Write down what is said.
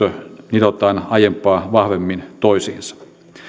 nidotaan aiempaa vahvemmin toisiinsa